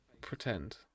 pretend